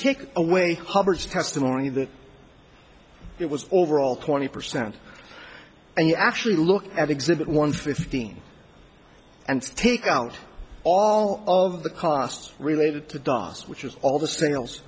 take away hubbard's testimony that it was overall twenty percent and you actually look at exhibit one fifteen and take out all of the costs related to dos which is all the stables